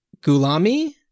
Gulami